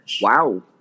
Wow